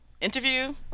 interview